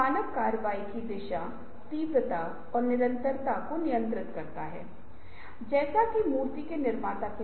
और इसके लिए यह भी आवश्यक है कि अपनी सृजनात्मक क्षमता को विकसित करने के लिए लोगों के प्रशिक्षण की आवश्यकता है